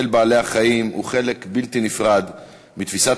אל בעלי-החיים הוא חלק בלתי נפרד מתפיסת